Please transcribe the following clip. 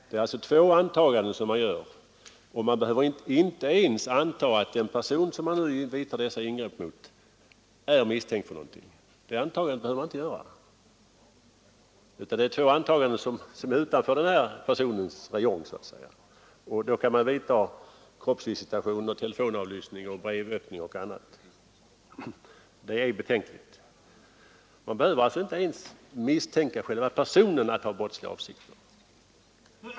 Det är således två antaganden man gör, och man behöver inte ens anta att den person som man gör ingrepp mot är misstänkt för någonting, utan det är två antaganden som är utanför den här personens räjong så att säga, och då kan man genomföra kroppsvisitation, telefonavlyssning, brevöppning och annat. Det är sannerligen betänkligt. Man behöver alltså inte ens misstänka själva personen för att ha brottsliga avsikter.